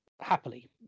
happily